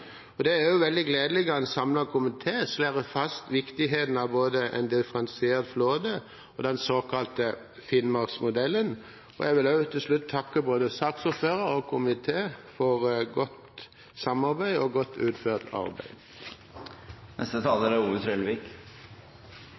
Det er også veldig gledelig at en samlet komité slår fast viktigheten av både en differensiert flåte og den såkalte Finnmarksmodellen. Til slutt vil jeg takke både saksordfører og komité for et godt samarbeid og et godt utført arbeid.